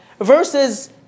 versus